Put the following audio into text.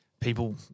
people